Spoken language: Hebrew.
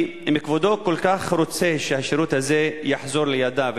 היא: אם כבודו כל כך רוצה שהשירות הזה יחזור לידיו,